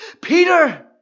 Peter